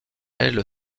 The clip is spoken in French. elle